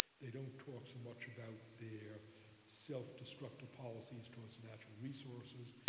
they don't talk so much about their self-destructive policies towards natural resources,